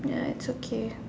ya it's okay